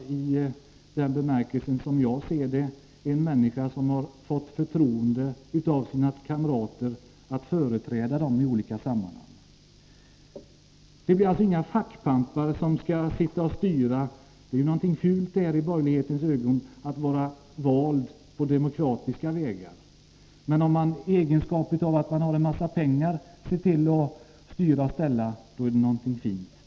Som jag ser det är det fråga om människor som har fått förtroendet av sina kamrater att företräda dem i olika sammanhang. Det blir alltså inga fackpampar som skall sitta och styra. Det är något fult i borgerlighetens ögon att vara vald på demokratiska vägar. Men om man får styra och ställa därför att man har en massa pengar — då är det något fint.